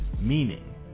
meaning